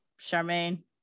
charmaine